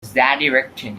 azadirachtin